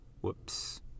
Whoops